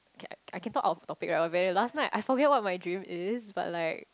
can I can talk out of a bit lah last night I forget what my dream is but like